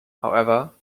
however